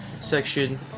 section